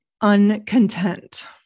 uncontent